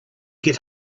get